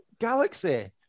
Galaxy